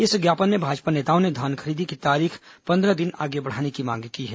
इस ज्ञापन में भाजपा नेताओं ने धान खरीदी की तारीख पंद्रह दिन आगे बढ़ाने की मांग की है